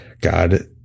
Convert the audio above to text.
God